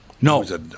no